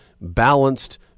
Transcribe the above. balanced